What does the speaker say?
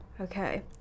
Okay